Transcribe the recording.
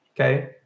okay